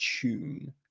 tune